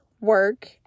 work